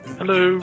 Hello